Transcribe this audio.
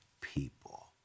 people